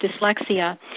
dyslexia